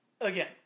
Again